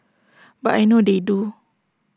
but I know they do